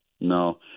No